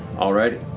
all righty.